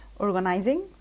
Organizing